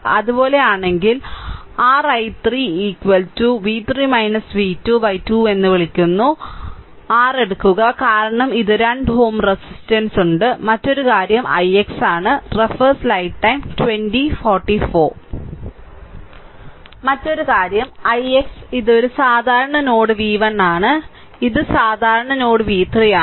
അതുപോലെ ആണെങ്കിൽ r i3 i3 v3 v2 2 എന്ന് വിളിക്കുന്ന r എടുക്കുക കാരണം ഇത് 2 Ω റെസിസ്റ്റന്സ് ഉണ്ട് മറ്റൊരു കാര്യം ix ആണ് മറ്റൊരു കാര്യം ix ഇത് ഒരു സാധാരണ നോഡ് v1 ആണ് ഇതും സാധാരണ നോഡ് v3 ആണ്